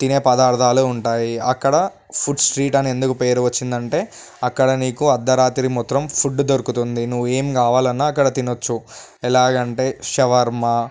తినే పదార్థాలు ఉంటాయి అక్కడ ఫుడ్ స్ట్రీట్ అని ఎందుకు పేరు వచ్చింది అంటే అక్కడ నీకు అర్ధరాత్రి మొత్తం ఫుడ్ దొరుకుతుంది నువ్వు ఏం కావాలన్నా అక్కడ తినొచ్చు ఎలాగంటే షవర్మా